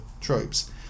tropes